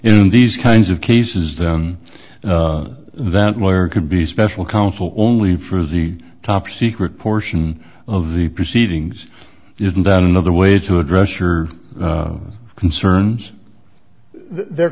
in these kinds of cases then that lawyer could be special counsel only for the top secret portion of the proceedings isn't that another way to address your concerns there